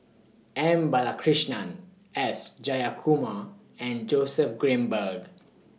M Balakrishnan S Jayakumar and Joseph Grimberg